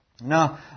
Now